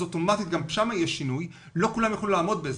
אז אוטומטית גם שם יהיה שינוי לא כולם יוכלו לעמוד בזה.